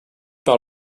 par